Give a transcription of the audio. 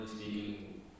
speaking